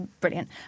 brilliant